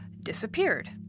disappeared